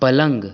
पलङ्ग